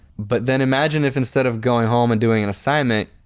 but then imagine if instead of going home and doing an assignment,